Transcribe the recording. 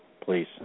please